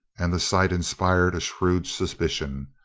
and the sight inspired a shrewd suspicion.